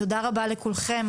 תודה רבה לכם.